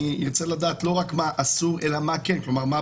אני רוצה לדעת לא רק מה אסור אלא מה הפתרון,